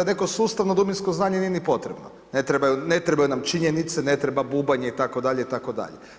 je neko sustavno, dubinsko znanje nije ni potrebno, ne trebaju nam činjenice, ne treba bubanj, itd. itd.